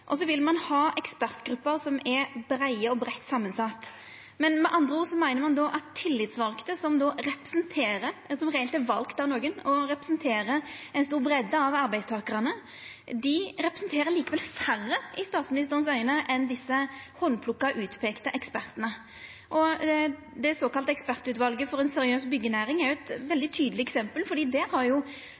og så vil ein ha ekspertgrupper som er breie og breitt samansette. Med andre ord meiner ein at tillitsvalde, som er reelt valde av nokon, og som representerer ei stor breidde av arbeidstakarane, likevel representerer færre, etter statsministeren sitt syn, enn desse handplukka, utpeikte ekspertane. Det såkalla ekspertutvalet for ei seriøs byggjenæring er eit veldig tydeleg eksempel. Der har